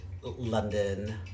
London